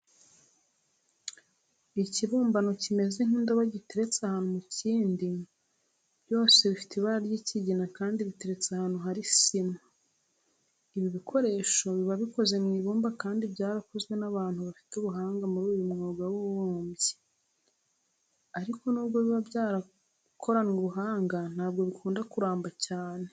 Ikibumbano kimeze nk'indobo giteretse ahantu mu kindi, byose bifite ibara ry'ikigina kandi biteretse ahantu hari sima. Ibi bikoresho biba bikoze mu ibumba kandi byarakozwe n'abantu bafite ubuhanga muri uyu mwuga w'ububumbyi, ariko nubwo biba byarakoranywe ubuhannga ntabwo bikunda kuramba cyane.